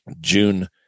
June